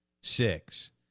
six